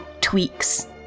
tweaks